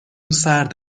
سرد